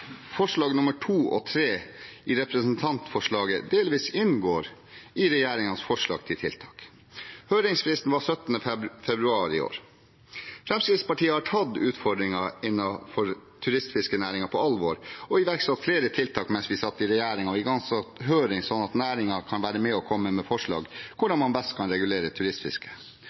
i representantforslaget inngår delvis i regjeringens forslag til tiltak. Høringsfristen var 17. februar i år. Fremskrittspartiet har tatt utfordringene innenfor turistfiskenæringen på alvor. Vi iverksatte flere tiltak mens vi satt i regjering, og igangsatte høring, slik at næringen kunne være med og komme med forslag til hvordan man best kan regulere